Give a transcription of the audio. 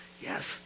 Yes